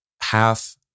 half